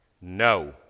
no